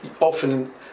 often